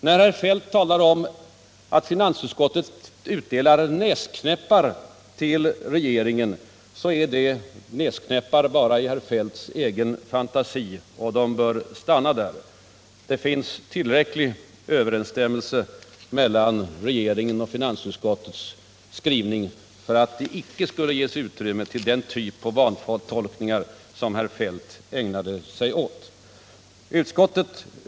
När herr Feldt talar om att finansutskottet utdelar näsknäppar till regeringen så är det näsknäppar bara i herr Feldts egen fantasi, och de bör stanna där. Det finns tillräcklig överensstämmelse mellan regeringen och finansutskottet för att det inte skall ges utrymme för den typ av vantolkningar som herr Feldt ägnade sig åt.